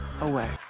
away